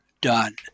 done